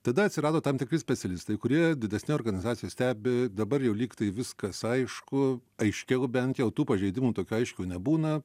tada atsirado tam tikri specialistai kurie didesni organizacijos stebi dabar jau lygtai viskas aišku aiškiau bent jau tų pažeidimų tokių aiškių nebūna